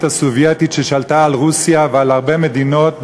הסובייטית ששלטה על רוסיה ועל הרבה מדינות,